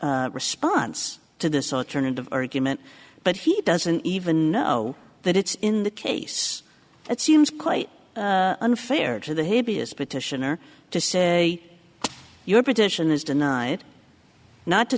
response to this alternative argument but he doesn't even know that it's in the case it seems quite unfair to the hideous petitioner to say your position is denied not to